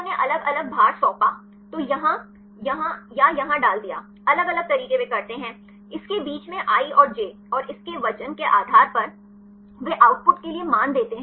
तो उन्होंने अलग अलग भार सौंपा तो यहाँ या यहाँ डाल दिया अलग अलग तरीके वे करते हैं इसके बीच में i और j और इसके वजन के आधार पर वे आउटपुट के लिए मान देते हैं